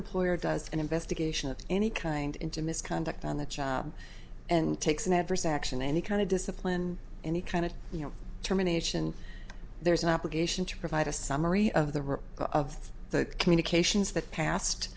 employer does an investigation of any kind into misconduct on the job and takes an adverse action any kind of discipline any kind of you know terminations there is an obligation to provide a summary of the rip of the communications that passed